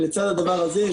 ולצד הדבר הזה,